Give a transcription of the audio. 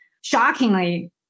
shockingly